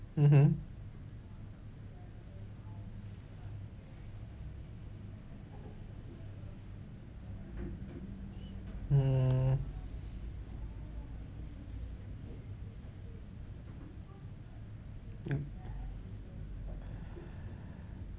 mmhmm mm yup